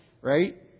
right